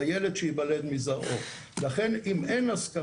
בין אם זה מעגל השכול של הצבא ובין אם זה מעגל השכול האזרחי,